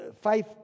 five